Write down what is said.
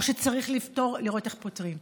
או שצריך לראות איך פותרים.